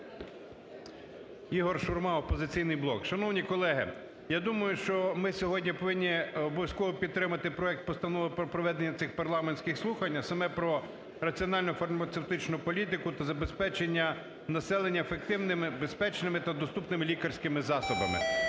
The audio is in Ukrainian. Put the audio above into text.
Ігор Шурма, "Опозиційний блок". Шановні колеги, я думаю, що ми сьогодні повинні обов'язково підтримати проект постанови про проведення цих парламентських слухань, а саме про раціональну фармацевтичну політику та забезпечення населення ефективними, безпечними та доступними лікарськими засобами.